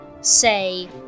say